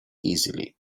easily